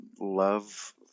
love